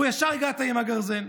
או שישר הגעת עם הגרזן?